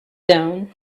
down